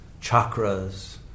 chakras